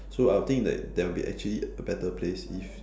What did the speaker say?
so I'll think that there will be actually a better place if